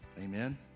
Amen